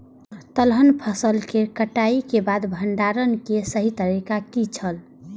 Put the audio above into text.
तेलहन फसल के कटाई के बाद भंडारण के सही तरीका की छल?